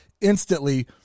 instantly